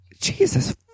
Jesus